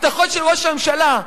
הבטחות של ראש הממשלה.